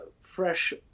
fresh